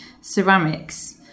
ceramics